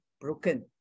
broken